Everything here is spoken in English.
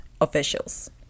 officials